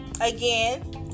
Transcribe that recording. Again